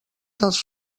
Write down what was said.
dels